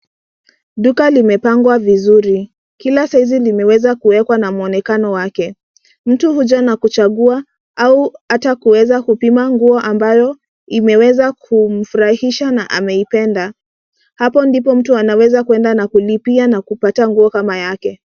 Duka limepangwa vizuri. Kila size limeweza kuwekwa na muonekano wake. Mtu huja na kuchagua au hata kuweza kupima nguo ambayo imeweza kumfurahisha na ameipenda, hapo ndipo mtu anaweza kwenda na kulipia na kupata nguo kama yake.